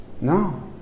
No